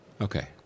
Okay